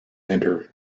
enter